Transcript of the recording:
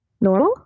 Normal